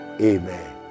amen